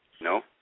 No